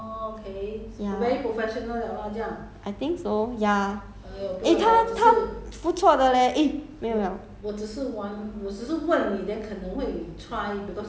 like just play out loud lah like Youtube video like that lor I think so ya eh 他他不错的 leh eh 没有没有